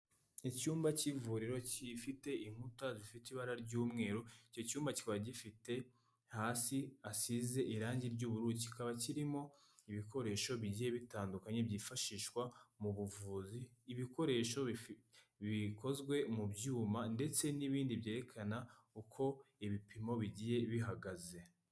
Icyumba cy'ivuriro kifite inkuta zifite ibara ry'umweru, icyo cyumba kikaba gifite hasi hasize irangi ry'ubururu, kikaba kirimo ibikoresho bigiye bitandukanye byifashishwa mu buvuzi. Ibikoresho bikozwe mu byuma ndetse n'ibindi byerekana uko ibipimo bigiye bihagaze.